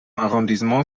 arrondissement